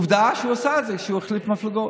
עובדה שהוא עשה את זה כשהוא החליף מפלגות.